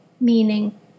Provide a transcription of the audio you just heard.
meaning